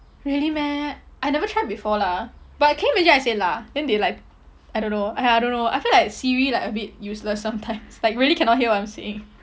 really meh I never try before lah but can you imagine I say lah then they like I don't know !aiya! I don't know I feel like siri like a bit useless sometimes like really cannot hear what I'm saying